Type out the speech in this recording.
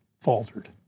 faltered